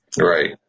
Right